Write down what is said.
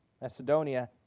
Macedonia